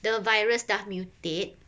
the virus dah mutate